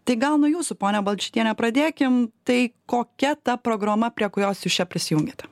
tai gal nuo jūsų ponia balčytiene pradėkim tai kokia ta programa prie kurios jūs čia prisijungėt